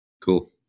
Cool